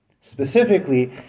specifically